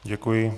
Děkuji.